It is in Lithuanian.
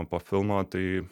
po filmo tai